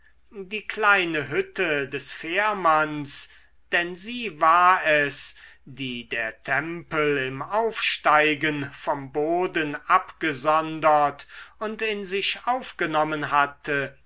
die kleine hütte des fährmanns denn sie war es die der tempel im aufsteigen vom boden abgesondert und in sich aufgenommen hatte